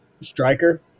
striker